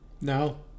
No